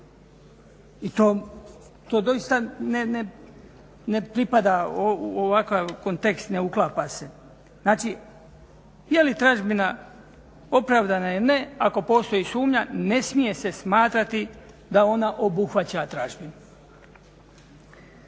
i to doista ne pripada u ovakav kontekst, ne uklapa se. Znači, je li tražbina opravdana ili ne ako postoji sumnja, ne smije se smatrati da ona obuhvaća tražbinu.